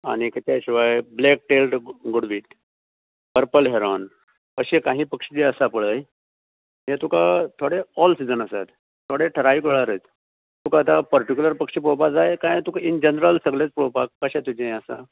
आनीक तें शिवाय black tailed godwit purple heron अशें काहीं पक्षी जें आसा पळय तें तुकां थोडें ऑल सिजनल आसा थोडें ठरावीक वेळारय तुकां आतां पर्टिकुलर पक्षी पोळोवपाक जाय कांय तुकां इन जनरल सगलेच पोळोवपाक कशें तुजें हें आसा